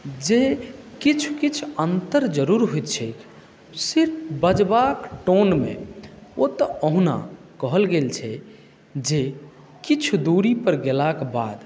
जे किछु किछु अन्तर जरूर होइत छै से बजबाक टोनमे ओ तऽ अहुना कहल गेल छै जे किछु दूरीपर गेलाक बाद